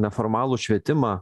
neformalų švietimą